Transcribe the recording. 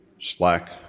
Slack